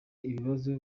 ibibazo